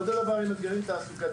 ואותו דבר עם אתגרים תעסוקתיים,